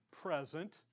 present